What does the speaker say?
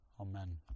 Amen